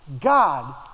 God